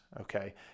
okay